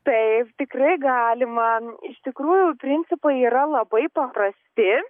taip tikrai galima iš tikrųjų principai yra labai paprasti